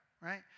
right